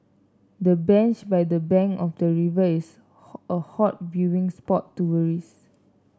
the bench by the bank of the river is a hot viewing spot tourists